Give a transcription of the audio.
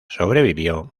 sobrevivió